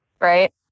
right